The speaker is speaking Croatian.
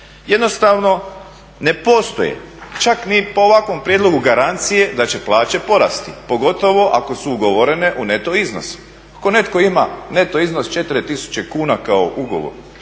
Jednostavno ne postoje čak ni po ovakvom prijedlogu garancije da će plaće porasti, pogotovo ako su ugovorene u neto iznosu. Ako netko ima neto iznos 4000 kuna kao ugovor